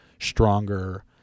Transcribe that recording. stronger